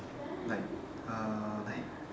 like uh like